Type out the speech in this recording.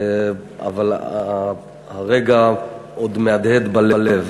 אבל הרגע עוד מהדהד בלב.